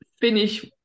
finish